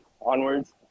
onwards